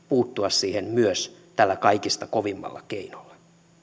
puuttua siihen myös tällä kaikista kovimmalla keinolla